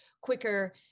quicker